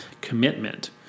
commitment